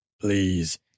please